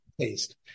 taste